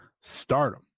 stardom